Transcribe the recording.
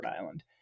Island